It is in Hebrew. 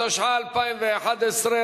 התשע"א 2011,